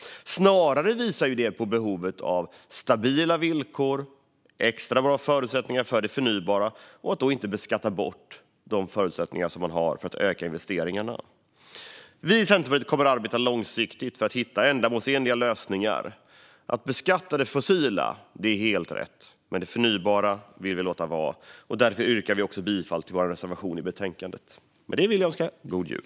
Snarare visar det på behovet av stabila villkor, extra bra förutsättningar för det förnybara och att inte beskatta bort de förutsättningar man har att öka investeringarna. Vi i Centerpartiet kommer att arbeta långsiktigt för att hitta ändamålsenliga lösningar. Att beskatta det fossila är helt rätt, men det förnybara vill vi låta vara. Därför yrkar jag bifall till vår reservation i betänkandet. Med det vill jag önska god jul.